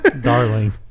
darling